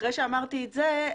אחרי שאמרתי את זה,